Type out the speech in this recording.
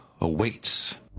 awaits